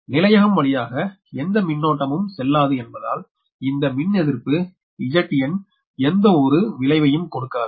நிலையகம் வழியாக எந்த மின்னோட்டமும் செல்லாது என்பதால் இந்த மின்னெதிர்ப்பு Zn எந்த ஒரு விளைவையும் கொடுக்காது